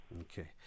Okay